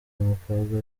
umukobwa